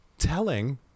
telling